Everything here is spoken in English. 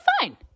fine